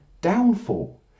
downfall